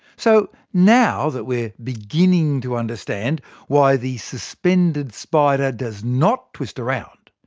so now that we are beginning to understand why the suspended spider does not twist around,